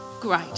great